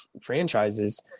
franchises